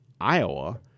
Iowa